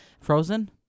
Frozen